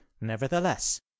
nevertheless